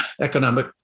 economic